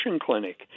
clinic